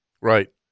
Right